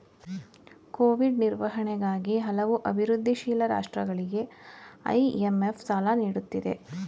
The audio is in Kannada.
ಕೋವಿಡ್ ನಿರ್ವಹಣೆಗಾಗಿ ಹಲವು ಅಭಿವೃದ್ಧಿಶೀಲ ರಾಷ್ಟ್ರಗಳಿಗೆ ಐ.ಎಂ.ಎಫ್ ಸಾಲ ನೀಡುತ್ತಿದೆ